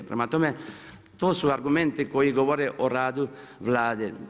Prema tome, to su argumenti koji govore o radu Vlade.